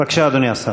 בבקשה, אדוני השר.